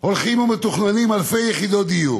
הולכים ומתוכננים אלפי יחידות דיור,